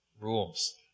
rules